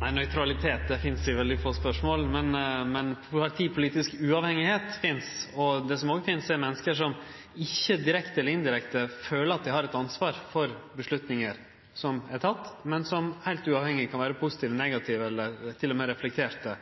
Nei, nøytralitet finst i veldig få spørsmål, men partipolitisk uavhengigheit finst. Det som òg finst, er menneske som ikkje direkte eller indirekte føler at dei har eit ansvar for vedtak som er gjorde, men som heilt uavhengig kan vere positive, negative eller til og med reflekterte